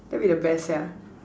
that would be the best sia